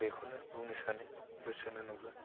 बेखौनो बुंनो सानो बोसोन होनोब्ला